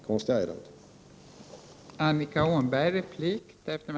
Konstigare är det inte.